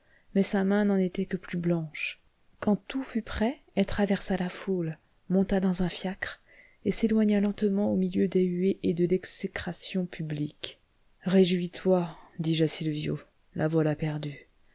mais sa main n'en était que plus blanche quand tout fut prêt elle traversa la foule monta dans un fiacre et s'éloigna lentement au milieu des huées et de l'exécration publiques illustration arrestation réjouis-toi dis-je à sylvio la voilà perdue